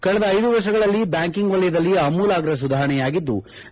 ಕಳೆದ ಐದು ವರ್ಷಗಳಲ್ಲಿ ಬ್ಲಾಂಕಿಂಗ್ ವಲಯದಲ್ಲಿ ಅಮೂಲಾಗ್ರ ಸುಧಾರಣೆಯಾಗಿದ್ಲ